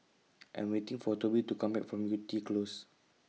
I Am waiting For Toby to Come Back from Yew Tee Close